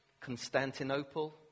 Constantinople